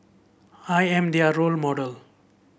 I am their role model